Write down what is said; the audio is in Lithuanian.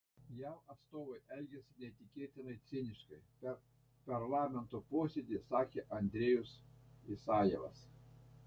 jav atstovai elgiasi neįtikėtinai ciniškai per parlamento posėdį sakė andrejus isajevas